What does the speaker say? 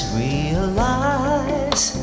realize